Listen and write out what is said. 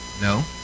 No